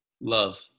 Love